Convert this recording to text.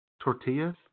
Tortillas